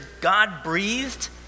God-breathed